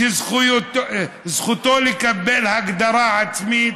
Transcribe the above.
שזכותו לקבל הגדרה עצמית.